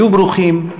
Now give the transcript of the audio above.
היו ברוכים,